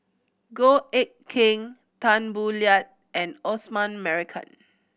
Goh Eck Kheng Tan Boo Liat and Osman Merican